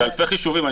זה אלפי חישובים.